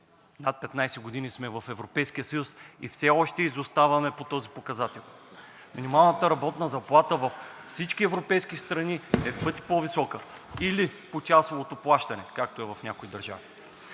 над 15 години сме в Европейския съюз, а все още изоставаме по този показател. Минималната работна заплата във всички европейски страни е в пъти по-висока или почасовото плащане, както е в някои държави.